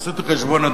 עשיתי חשבון,